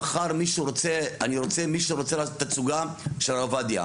מחר מישהו ירצה לעשות תצוגה של הרב עובדיה.